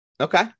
Okay